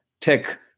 tech